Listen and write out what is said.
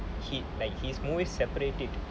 he'd his like his movies separated